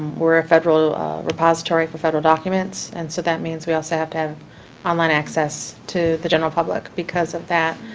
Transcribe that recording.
we're a federal repository for federal documents, and so that means we also have to have online access to the general public because of that.